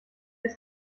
ist